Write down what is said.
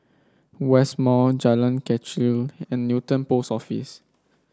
West Mall Jalan Kechil and Newton Post Office